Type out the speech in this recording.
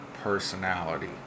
personality